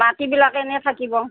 মাটিবিলাক এনেই থাকিব